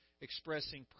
expressing